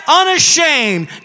unashamed